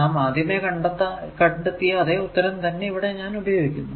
നാം ആദ്യമേ കണ്ടെത്തിയ അതെ ഉത്തരം ഇവിടെ ഞാൻ ഉപയോഗിക്കുന്നു